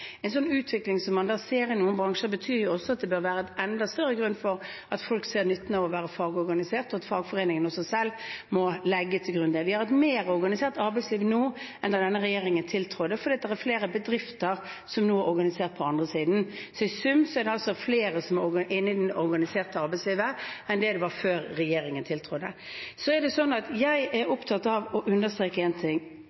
bør være en enda større grunn til at folk ser nytten av å være fagorganisert, og at fagforeningene også selv må legge det til grunn. Vi har et mer organisert arbeidsliv nå enn da denne regjeringen tiltrådte, fordi det er flere bedrifter som nå er organisert på andre siden. Så i sum er det altså flere i det organiserte arbeidslivet enn det var før regjeringen tiltrådte. Så er jeg opptatt av å understreke én ting: De spørsmålene som representanten Gahr Støre sa var viktige for ILO-konvensjonen, det er